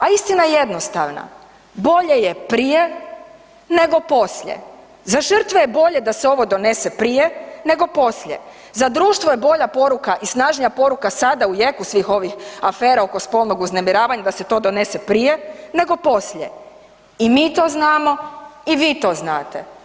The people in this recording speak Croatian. A istina je jednostavna, bolje je prije nego poslije, za žrtve je bolje da se ovo donese prije nego poslije, za društvo je bolja poruka i snažnija poruka sada u jeku svih ovih afera oko spolnog uznemiravanja da se to donese prije nego poslije i mi to znamo i vi to znate.